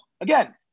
again